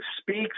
speaks